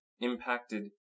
impacted